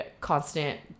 constant